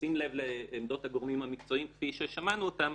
בשים לב עמדות הגורמים המקצועיים כפי ששמענו אותן,